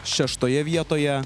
šeštoje vietoje